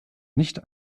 nicht